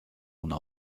una